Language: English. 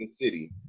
city